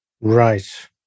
Right